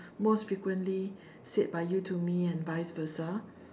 most frequently said by you to me and vice versa